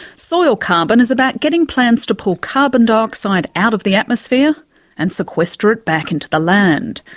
soil carbon is about getting plants to pull carbon dioxide out of the atmosphere and sequester it back into the land.